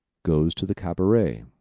goes to the cabaret